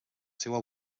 seua